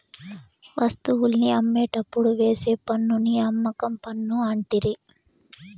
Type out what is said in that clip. వస్తువుల్ని అమ్మేటప్పుడు వేసే పన్నుని అమ్మకం పన్ను అంటిరి